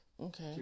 Okay